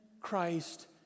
Christ